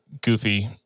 goofy